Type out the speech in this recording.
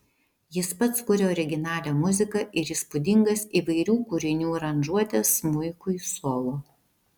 jis pats kuria originalią muziką ir įspūdingas įvairių kūrinių aranžuotes smuikui solo